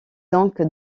donc